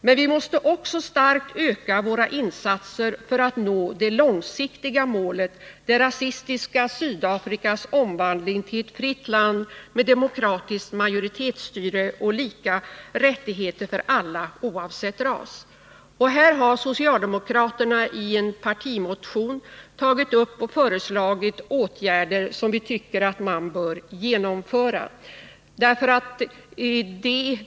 Men vi måste också starkt öka våra insatser för att nå det långsiktiga målet — det rasistiska Sydafrikas omvandling till ett fritt land med demokratiskt majoritetsstyre och lika rättigheter för alla oavsett ras. Här har socialdemokraterna i en partimotion tagit upp och föreslagit åtgärder som vi tycker att man bör genomföra.